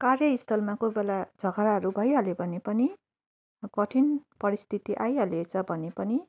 कार्यस्थलमा कोही बेला झगडाहरू भइहाल्यो भने पनि कठिन परिस्थिति आइहालेछ भने पनि